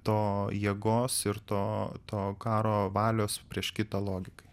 to jėgos ir to to karo valios prieš kitą logikai